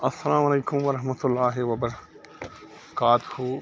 اَلسلامُ علیکُم وَرحمتُہ اللہِ وَبَر کاتہٗ